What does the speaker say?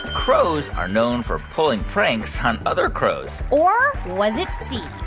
crows are known for pulling pranks on other crows? or was it c,